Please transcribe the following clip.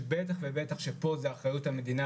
שבטח שזו אחריות המדינה,